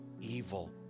evil